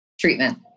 treatment